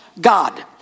God